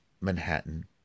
Manhattan